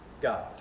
God